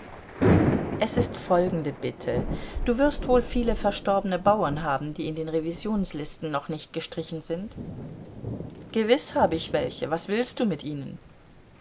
es ist folgende bitte du wirst wohl viele verstorbene bauern haben die in den revisionslisten noch nicht gestrichen sind gewiß habe ich welche was willst du mit ihnen